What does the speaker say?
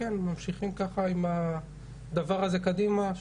וממשיכים ככה עם הדבר הזה קדימה.